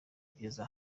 kugeza